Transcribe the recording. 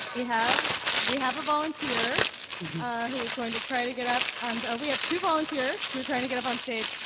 we have a volunteer who is going to try to get up and we have two volunteers who are trying to get up on stage.